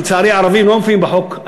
ולצערי הערבים לא מופיעים בחוק.